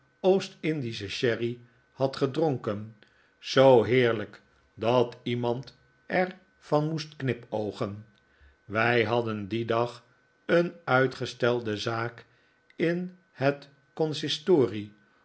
oostindischen sherry had gedronken zoo heerlijk dat iemand er van moest knipoogen wij hadden dien dag een uitgestelde zaak in het consistorie